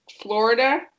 Florida